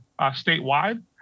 statewide